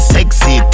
Sexy